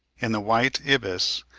in the white ibis,